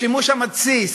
השימוש המתסיס,